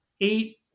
eight